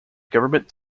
government